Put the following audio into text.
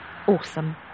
awesome